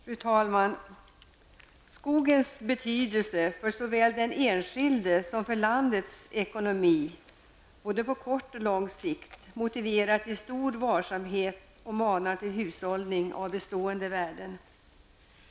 Fru talman! Skogens betydelse såväl för den enskildes som för landets ekonomi, på både kort och lång sikt, motiverar till stor varsamhet och manar till hushållning med bestående värden.